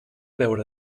veure